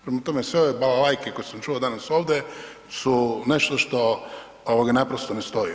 Prema tome, sve ove balalajke koje sam čuo danas ovdje su nešto što naprosto ne stoji.